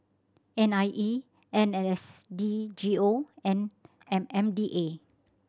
N I E N S D G O and M M D A